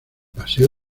paseo